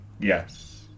Yes